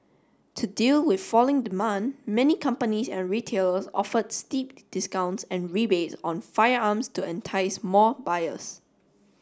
to deal with falling demand many companies and retailers offered steep discounts and rebates on firearms to entice more buyers